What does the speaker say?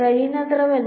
കഴിയുന്നത്ര വലുത്